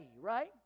right